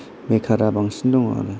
बेखारा बांसिन दं आरो